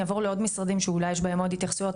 אעבור לעוד משרדים שאולי יש בהם עוד התייחסויות,